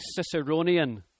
Ciceronian